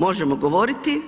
Možemo govoriti,